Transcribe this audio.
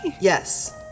Yes